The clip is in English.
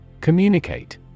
Communicate